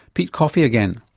pete coffey again.